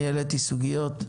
אני העליתי סוגיות,